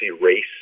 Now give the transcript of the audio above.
race